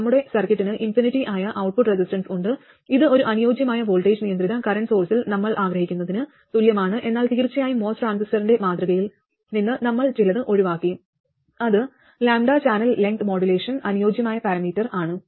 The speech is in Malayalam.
നമ്മുടെ സർക്യൂട്ടിന് ഇൻഫിനിറ്റി ആയ ഔട്ട്പുട്ട് റെസിസ്റ്റൻസ് ഉണ്ട് ഇത് ഒരു അനുയോജ്യമായ വോൾട്ടേജ് നിയന്ത്രിത കറന്റ് സോഴ്സിൽ നമ്മൾ ആഗ്രഹിക്കുന്നതിനു തുല്യമാണ് എന്നാൽ തീർച്ചയായും MOS ട്രാൻസിസ്റ്ററിന്റെ മാതൃകയിൽ നിന്ന് നമ്മൾ ചിലത് ഒഴിവാക്കി അത് ലാംഡ ചാനൽ ലെങ്ത് മോഡുലേഷന് അനുയോജ്യമായ പാരാമീറ്റർ ആണ്